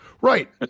Right